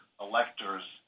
electors